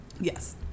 yes